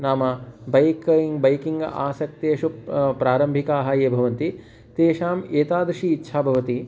नाम बैकैङ्ग् बैकिंग् आसक्तेषु प्रारम्भिकाः ये भवन्ति तेषां एतादृशी इच्छा भवति